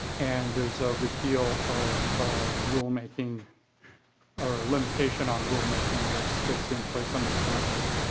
and there's a repeal of rulemaking or a limitation on rulemaking that's that's in place under current law.